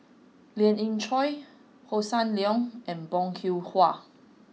Lien Ying Chow Hossan Leong and Bong Hiong Hwa